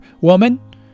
Woman